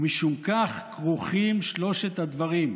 ומשום כך, כרוכים שלושת הדברים: